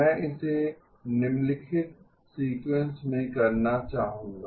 मैं इसे निम्नलिखित सीक्वेंस में करना चाहूंगा